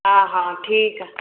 हा हा ठीकु आहे